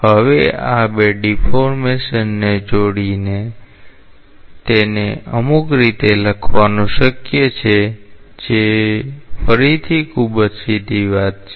હવે આ બે ડીફૉર્મેશનને જોડીને તેને અમુક રીતે લખવાનું શક્ય છે જે ફરીથી ખૂબ જ સીધી વાત છે